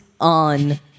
on